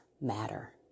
matter